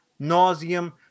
nauseum